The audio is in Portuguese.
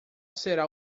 será